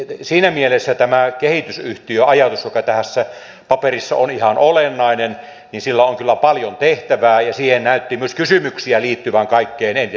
siinä mielessä tällä kehitysyhtiöllä se ajatus on tässä paperissa ihan olennainen on paljon tehtävää ja siihen näytti myös kysymyksiä liittyvän kaikkein eniten